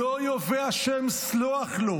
"לא יֹאבֶה ה' סלוח לו".